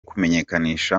kumenyekanisha